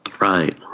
right